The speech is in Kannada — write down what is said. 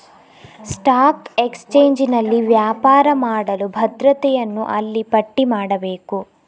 ಸ್ಟಾಕ್ ಎಕ್ಸ್ಚೇಂಜಿನಲ್ಲಿ ವ್ಯಾಪಾರ ಮಾಡಲು ಭದ್ರತೆಯನ್ನು ಅಲ್ಲಿ ಪಟ್ಟಿ ಮಾಡಬೇಕು